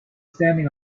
standing